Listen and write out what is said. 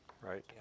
Right